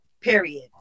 period